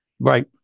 Right